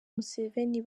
museveni